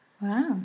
Wow